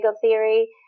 theory